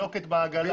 אם זו תינוקת בעגלה,